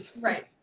right